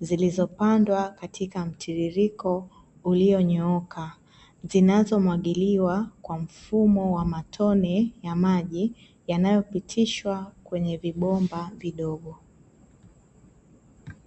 zilizopandwa katika mtiririko ulionyooka zinazomwagiliwa kwa mfumo wa matone ya maji yanayopitishwa kwenye vibomba vidogo.